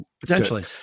Potentially